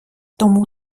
тому